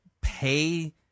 pay